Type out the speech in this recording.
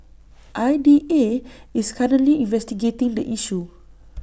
I D A is currently investigating the issue